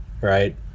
right